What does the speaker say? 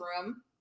room